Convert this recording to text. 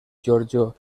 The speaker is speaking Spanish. giorgio